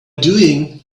doing